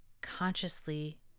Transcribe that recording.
consciously